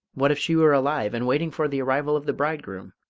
what if she were alive and waiting for the arrival of the bridegroom?